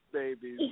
baby